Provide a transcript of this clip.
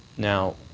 now,